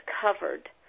covered